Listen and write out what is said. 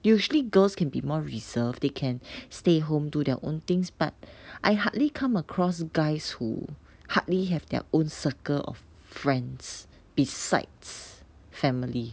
usually girls can be more reserved they can stay home do their own things but I hardly come across guys who hardly have their own circle of friends besides family